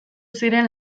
ziren